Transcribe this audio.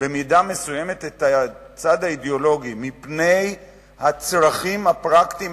במידה מסוימת את הצד האידיאולוגי מפני הצרכים הפרקטיים,